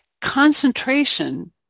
Concentration